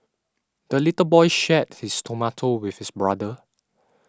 the little boy shared his tomato with his brother